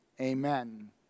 amen